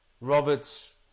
Roberts